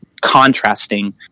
contrasting